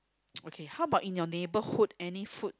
how about in your neighborhood any food